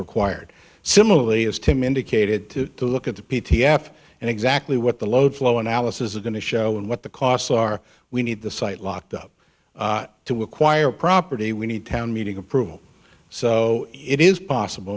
required similarly as tim indicated to look at the p t half and exactly what the load flow analysis is going to show and what the costs are we need the site locked up to acquire property we need town meeting approval so it is possible